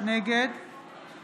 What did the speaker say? נגד